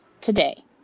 today